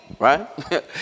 Right